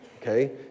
okay